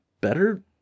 better